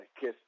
Kiss